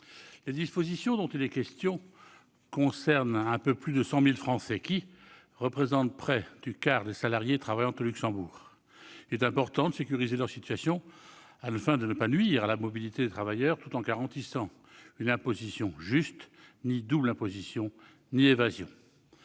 Les dispositions dont il est question concernent un peu plus de 100 000 Français, qui représentent près du quart des salariés travaillant au Luxembourg. Il est important de sécuriser leur situation, afin de ne pas nuire à la mobilité des travailleurs, tout en garantissant une imposition juste : ni double imposition ni évasion.